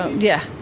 yeah,